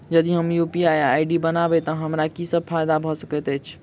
यदि हम UPI ID बनाबै तऽ हमरा की सब फायदा भऽ सकैत अछि?